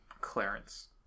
Clarence